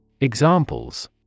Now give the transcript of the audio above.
Examples